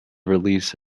release